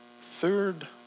third